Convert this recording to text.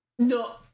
No